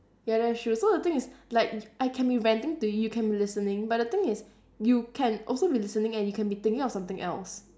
ya that's true so the thing is like I can be ranting to you you can be listening but the thing is you can also be listening and you can be thinking of something else